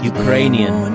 Ukrainian